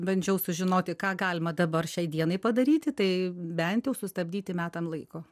bandžiau sužinoti ką galima dabar šiai dienai padaryti tai bent jau sustabdyti metam laiko